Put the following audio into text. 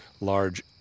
large